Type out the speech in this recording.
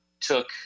took